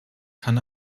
kann